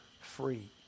free